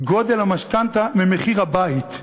גודל המשכנתה, ממחיר הבית.